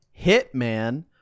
Hitman